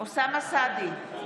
אוסאמה סעדי,